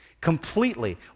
Completely